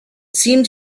seemed